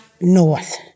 north